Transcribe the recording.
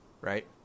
right